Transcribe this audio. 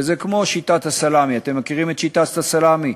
וזה כמו שיטת הסלאמי, אתם מכירים את שיטת הסלאמי?